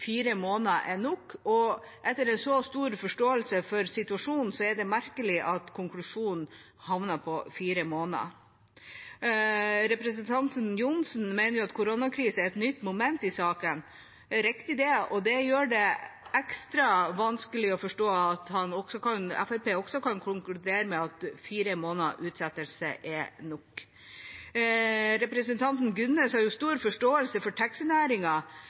fire måneder er nok. Etter å vist så stor forståelse for situasjonen er det merkelig at han konkluderer med fire måneder. Representanten Johnsen mener at koronakrisa er et nytt moment i saka. Det er riktig, og det gjør det ekstra vanskelig å forstå at Fremskrittspartiet kan konkludere med at fire måneders utsettelse er nok. Representanten Gunnes har stor forståelse for